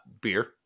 Beer